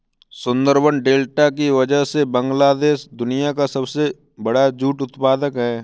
Sundarban delta की वजह से बांग्लादेश दुनिया का सबसे बड़ा जूट उत्पादक है